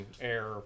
air